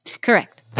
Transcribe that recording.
correct